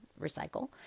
recycle